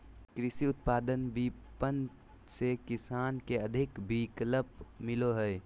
कृषि उत्पाद विपणन से किसान के अधिक विकल्प मिलो हइ